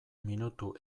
minutu